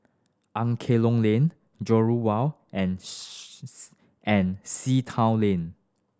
Angklong Lane Jurong Wharf and and Sea Town Lane